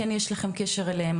כן יש לכם קשר אליהן,